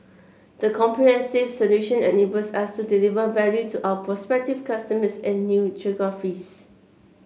the comprehensive solution enables us to deliver value to our prospective customers in new geographies